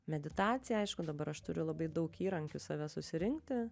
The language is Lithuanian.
meditaciją aišku dabar aš turiu labai daug įrankių save susirinkti